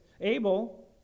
Abel